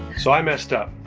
so i messed up,